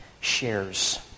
shares